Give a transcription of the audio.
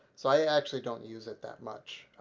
so i actually don't use it that much.